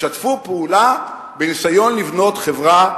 ישתפו פעולה בניסיון לבנות חברה